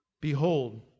Behold